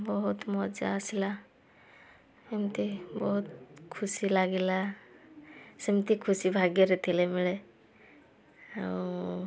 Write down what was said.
ବହୁତ ମଜା ଆସିଲା ଏମତି ବହୁତ ଖୁସି ଲାଗିଲା ସେମତି ଖୁସି ଭାଗ୍ୟରେ ଥିଲେ ମିଳେ ଆଉ